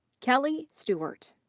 kelley stewart.